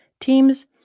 teams